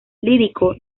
lírico